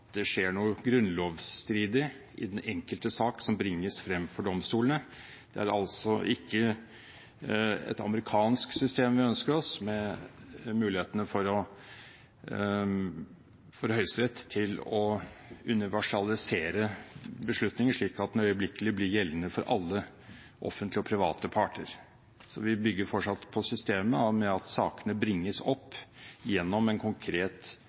det skjer noe grunnlovsstridig i den enkelte sak som bringes frem for domstolene. Det er altså ikke et amerikansk system vi ønsker oss, med muligheter for Høyesterett til å universalisere beslutninger slik at de øyeblikkelig blir gjeldende for alle offentlige og private parter. Vi bygger fortsatt på systemet med at sakene bringes opp gjennom én konkret